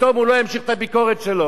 פתאום הוא לא ימשיך את הביקורת שלו?